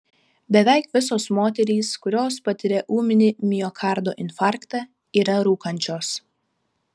beveik visos moterys kurios patiria ūminį miokardo infarktą yra rūkančios